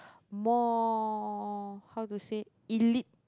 more how to say elite